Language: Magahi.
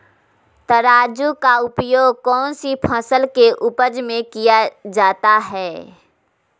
तराजू का उपयोग कौन सी फसल के उपज में किया जाता है?